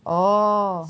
oh